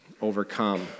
overcome